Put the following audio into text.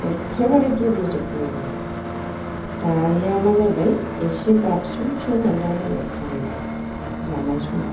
एखेबारे गेब्लेजोबबायबो दानिया मा जाबाय एसे बाबसिउसाे मोनलायलायबाय खारैआ जानाय समाव